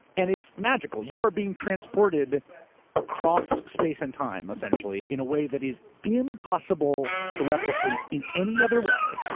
and it's magical. you are being transported across space and time, essentially, in a way that is impossible to replicate in any other way.